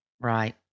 Right